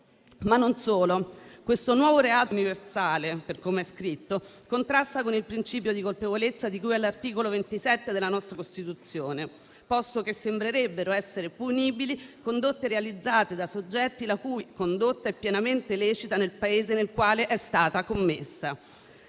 Non solo: questo nuovo reato universale, per come è scritto, contrasta con il principio di colpevolezza di cui all'articolo 27 della nostra Costituzione, posto che sembrerebbero essere punibili condotte realizzate da soggetti la cui condotta è pienamente lecita nel Paese nel quale è stata commessa.